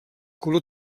color